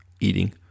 Eating